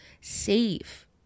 safe